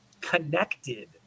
connected